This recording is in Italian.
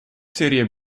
serie